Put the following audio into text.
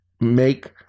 make